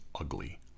ugly